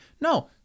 no